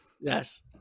Yes